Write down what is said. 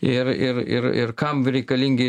ir ir ir ir kam reikalingi